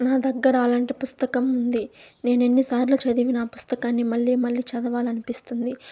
నా దగ్గర అలాంటి పుస్తకం ఉంది నేనెన్నిసార్లు చదివినా ఆ పుస్తకాన్ని మళ్ళీ మళ్ళీ చదవాలనిపిస్తుంది